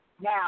now